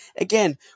again